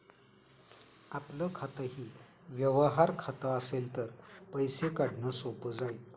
आपलं खातंही व्यवहार खातं असेल तर पैसे काढणं सोपं जाईल